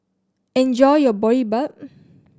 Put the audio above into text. enjoy your Boribap